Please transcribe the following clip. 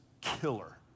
killer